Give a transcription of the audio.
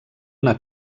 una